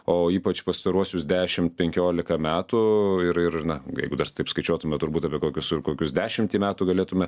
o ypač pastaruosius dešimt penkiolika metų ir ir na jeigu dar taip skaičiuotume turbūt apie kokius ir kokius dešimtį metų galėtume